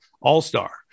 all-star